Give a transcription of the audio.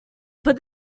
but